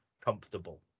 comfortable